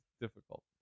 difficult